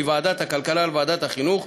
מוועדת הכלכלה לוועדת החינוך,